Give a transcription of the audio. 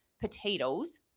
potatoes